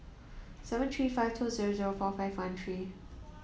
seven three five two zero zero four five one three